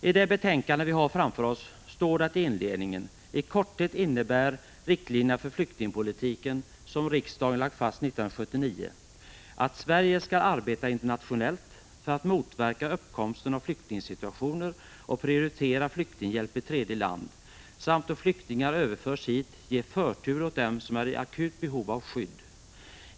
I det betänkande som vi har framför oss står det i inledningen: I korthet innebär riktlinjerna för flyktingpolitiken som riksdagen lagt fast 1979 ”att Sverige skall arbeta internationellt för att motverka uppkomsten av flyktingsituationer och prioritera flyktinghjälp i tredje land samt, då flyktingar överförs hit, ge förtur åt dem som är i akut behov av skydd.